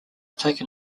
taken